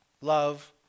love